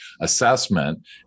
assessment